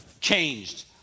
changed